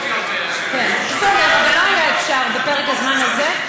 כן, בסדר, אבל לא היה אפשר בפרק הזמן הזה.